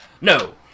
No